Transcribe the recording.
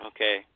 Okay